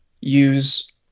use